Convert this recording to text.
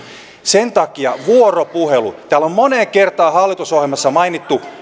sen takia on vuoropuhelu täällä on moneen kertaan hallitusohjelmassa mainittu